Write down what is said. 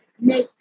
make